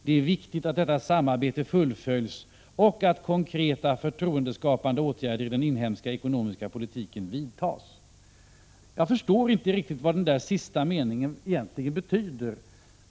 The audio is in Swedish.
Det är viktigt att detta samarbete fullföljs och att konkreta förtroendeskapande åtgärder i den inhemska ekonomiska politiken vidtas.” Jag förstår inte riktigt vad den sista meningen egentligen betyder.